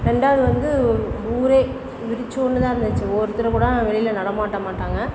ரெண்டாவது வந்து ஊரே விரிச்சோன்னு தான் இருந்துச்சு ஒருத்தர் கூட வெளியில நடமாட்ட மாட்டாங்க